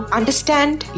understand